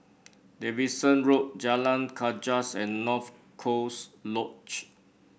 Davidson Road Jalan Gajus and North Coast Lodge